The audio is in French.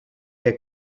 est